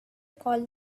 call